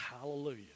hallelujah